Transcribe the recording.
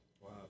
wow